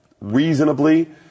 reasonably